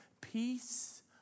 peace